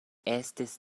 estis